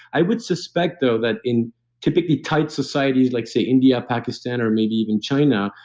i would suspect though that in typically tight societies, like, say, india, pakistan or maybe even china,